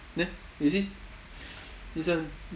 there you see this one